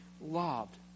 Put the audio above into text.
loved